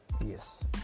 yes